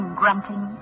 grunting